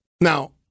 Now